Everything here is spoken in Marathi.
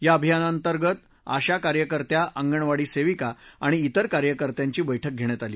या ाभियानांतर्गत आशा कार्यकर्त्या ााणवाडी सेवीका आणि इतर कार्यकर्त्यांची बैठक घेण्यात आली